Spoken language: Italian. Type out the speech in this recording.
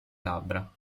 labbra